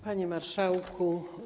Panie Marszałku!